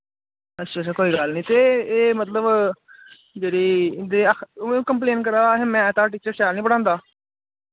अच्छा अच्छा कोई गल्ल नि ते एह् मतलब जेह्ड़ी ओह् कम्प्लेन करा दा हा अहैं मैथ आह्ला टीचर शैल नि पढ़ांदा